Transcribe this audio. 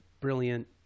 brilliant